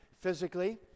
physically